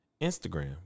Instagram